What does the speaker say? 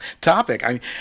topic